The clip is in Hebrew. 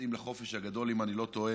יוצאים לחופש הגדול, אם אני לא טועה